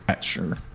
sure